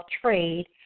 trade